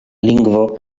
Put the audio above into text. lingvo